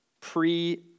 pre